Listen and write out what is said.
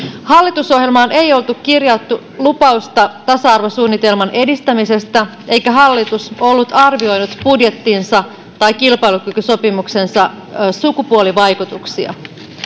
hallitusohjelmaan ei oltu kirjattu lupausta tasa arvosuunnitelman edistämisestä eikä hallitus ollut arvioinut budjettinsa tai kilpailukykysopimuksensa sukupuolivaikutuksia